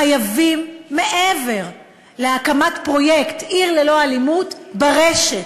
חייבים, מעבר להקמת פרויקט "עיר ללא אלימות" ברשת,